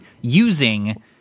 using